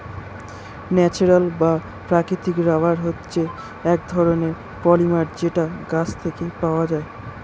natural বা প্রাকৃতিক rubber হচ্ছে এক রকমের পলিমার যেটা গাছ থেকে পাওয়া যায়